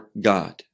god